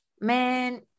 man